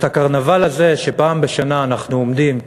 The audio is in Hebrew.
את הקרנבל הזה שפעם בשנה אנחנו עומדים,